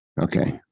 Okay